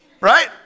right